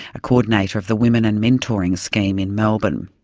a coordinator of the women and mentoring scheme in melbourne.